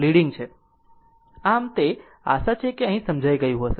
leading છે આમ આ તે છે આશા છે કે અહીં આ સમજાઈ ગયું હશે